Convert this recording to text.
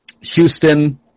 Houston